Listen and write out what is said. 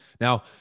Now